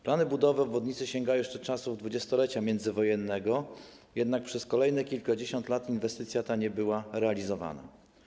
Plany budowy obwodnicy sięgają jeszcze czasów 20-lecia międzywojennego, jednak przez kolejne kilkadziesiąt lat inwestycja ta nie była realizowana.